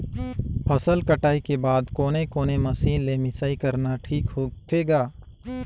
फसल कटाई के बाद कोने कोने मशीन ले मिसाई करना ठीक होथे ग?